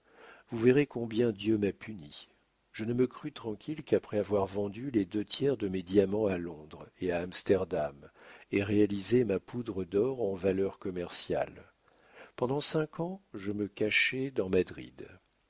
vous verrez combien dieu m'a puni je ne me crus tranquille qu'après avoir vendu les deux tiers de mes diamants à londres et à amsterdam et réalisé ma poudre d'or en valeurs commerciales pendant cinq ans je me cachai dans madrid